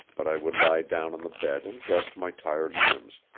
but i would lie down on the bed and rest my tired limbs,